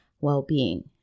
well-being